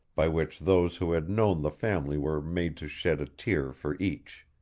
by which those who had known the family were made to shed a tear for each.